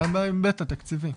גם בהיבט התקציבי.